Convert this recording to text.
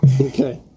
Okay